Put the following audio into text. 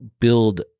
build